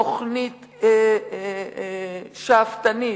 תוכנית שאפתנית,